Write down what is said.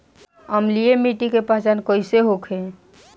अम्लीय मिट्टी के पहचान कइसे होखे?